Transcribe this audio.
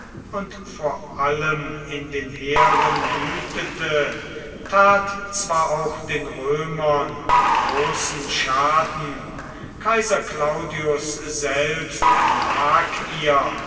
und vor allem in den heeren wütete tat zwar auch den römern großen schaden kaiser claudius selbst erlag